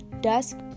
dusk